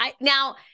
Now